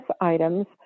items